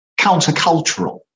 countercultural